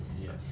Yes